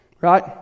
Right